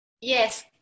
Yes